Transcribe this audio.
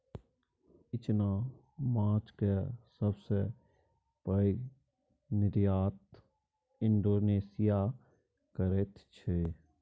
इचना माछक सबसे पैघ निर्यात इंडोनेशिया करैत छै